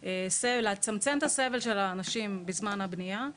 ולצמצם את הסבל של האנשים בזמן הבנייה,